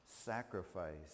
sacrifice